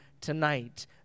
tonight